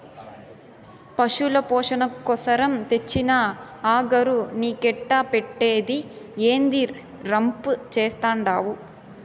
పశుల పోసణ కోసరం తెచ్చిన అగరు నీకెట్టా పెట్టేది, ఏందీ రంపు చేత్తండావు